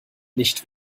nicht